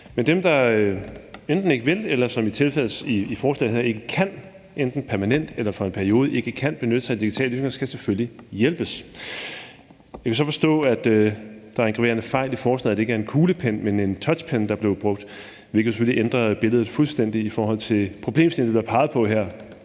Men dem, der enten ikke vil, eller, som det er tilfældet i forslaget her, ikke kan benytte sig af digitale løsninger, enten permanent eller for en periode, skal selvfølgelig hjælpes. Jeg kan så forstå, at der er en graverende fejl i forslaget: Det er ikke en kuglepen, men en touchpen, der er blevet brugt, hvilket jo selvfølgelig ændrer billedet fuldstændig i forhold til problemstillingen, der bliver peget på her.